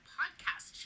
podcast